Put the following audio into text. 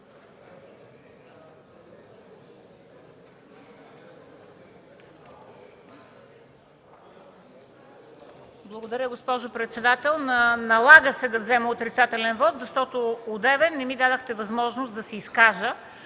Благодаря, госпожо председател. Налага се да взема отрицателен вот, защото одеве не ми дадохте възможност да се изкажа.